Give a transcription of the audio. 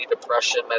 depression